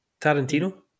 Tarantino